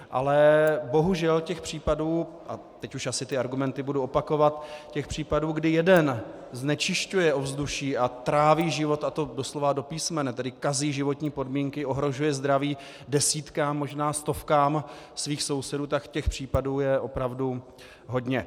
Ale bohužel, těch případů, teď už asi ty argumenty budu opakovat, případů, kdy jeden znečišťuje ovzduší a tráví život, a to doslova a do písmene, tedy kazí životní podmínky, ohrožuje zdraví desítkám, možná stovkám svých sousedů, těch případů je opravdu hodně.